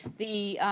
the